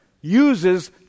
uses